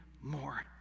more